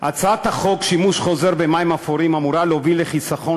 הצעת חוק שימוש חוזר במים אפורים אמורה להוביל לחיסכון